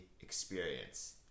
experience